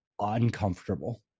uncomfortable